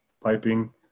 piping